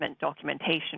documentation